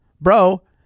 Bro